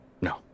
no